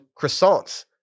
croissants